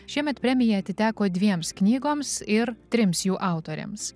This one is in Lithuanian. šiemet premija atiteko dviems knygoms ir trims jų autoriams